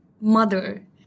mother